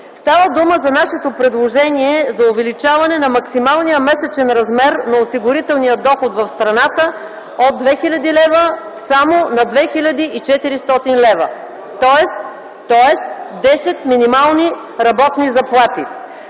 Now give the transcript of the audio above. Става дума за нашето предложение за увеличаване на максималния месечен размер на осигурителния доход в страната от 2000 лв. само на 2400 лв. Тоест десет минимални работни заплати.